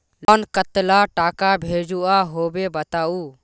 Loan कतला टाका भेजुआ होबे बताउ?